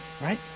right